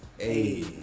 Hey